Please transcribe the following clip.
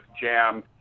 Jam